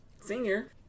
Senior